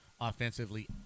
offensively